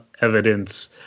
evidence